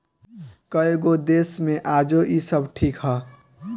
कएगो देश मे आजो इ सब ठीक ह